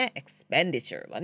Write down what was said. expenditure